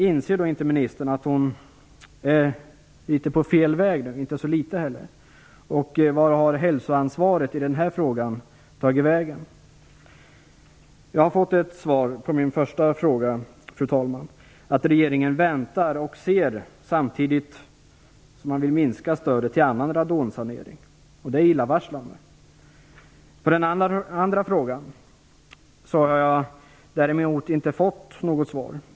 Inser inte ministern att hon är litet på fel väg, inte så litet heller? Var har hälsoansvaret i den här frågan tagit vägen? Jag har fått ett svar på min första fråga, att regeringen väntar och ser samtidigt som man vill minska stödet till annan radonsanering. Det är illavarslande. På min andra fråga har jag däremot inte fått något svar.